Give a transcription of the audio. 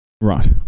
Right